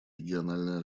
региональной